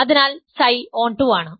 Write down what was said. അതിനാൽ Ψ on two ആണ്